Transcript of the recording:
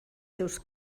seus